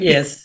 Yes